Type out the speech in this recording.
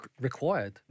required